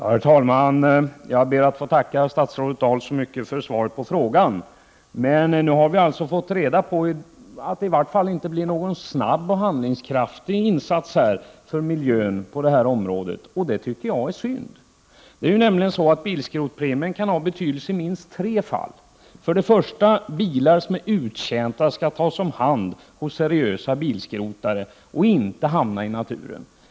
Herr talman! Jag ber att få tacka statsrådet Birgitta Dahl så mycket för svaret på frågan. Men nu har vi alltså fått reda på att det i vart fall inte blir någon snabb och handlingskraftig insats för miljön på detta område. Det tycker jag är synd. Det är nämligen så att bilskrotpremien kan ha betydelse i minst tre fall. För det första: Bilar som är uttjänta skall tas om hand av seriösa bilskrotare och inte hamna i naturen.